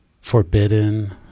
forbidden